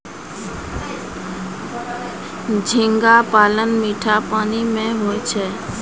झींगा पालन मीठा पानी मे होय छै